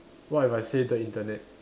what if I save the Internet